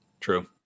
True